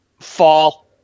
fall